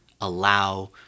allow